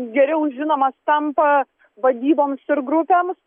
geriau žinomas tampa vadyboms ir grupėms